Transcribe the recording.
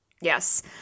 Yes